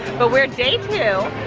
but we're day two, oh,